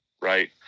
Right